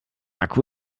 akku